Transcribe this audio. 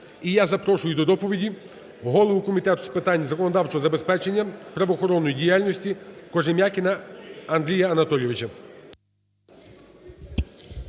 І я запрошую до доповіді голову Комітету з питань законодавчого забезпечення правоохоронної діяльності Кожем'якіна Андрія Анатолійовича.